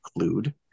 include